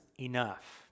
enough